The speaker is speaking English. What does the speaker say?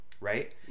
Right